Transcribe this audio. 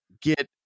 get